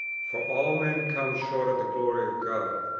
for all men come short of the glory of god,